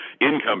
income